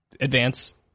advance